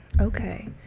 okay